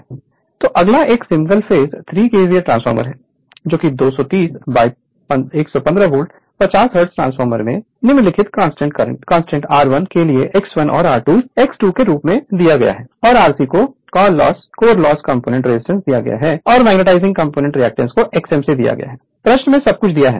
Refer Slide Time 0744 तो अगला एक सिंगल फेज 3 केवीए ट्रांसफार्मर हैजोकि 230 बाय 115 वोल्ट 50 हर्ट्ज ट्रांसफॉर्मर में निम्नलिखित कांस्टेंट R1 के लिए X1 और R2 एक्स 2 के रूप में दिया गया है और RC को कौल लॉस कंपोनेंट रेजिस्टेंस दिया गया है और मैग्नेटाइजिंग कंपोनेंट रिएक्टेंस को Xm दिया गया है प्रश्न में सब कुछ दिया है